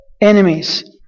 enemies